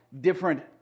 different